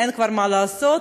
כבר אין מה לעשות,